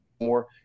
more